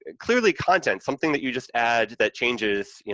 and clearly content, something that you just add that changes, you